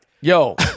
Yo